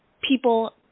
people –